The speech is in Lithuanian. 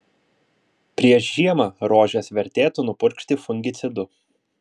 prieš žiemą rožes vertėtų nupurkšti fungicidu